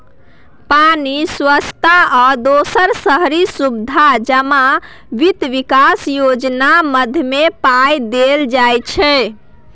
पानि, स्वच्छता आ दोसर शहरी सुबिधा जमा बित्त बिकास योजना माध्यमे पाइ देल जाइ छै